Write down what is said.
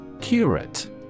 Curate